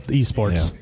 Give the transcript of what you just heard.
esports